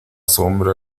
sombra